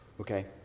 Okay